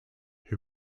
who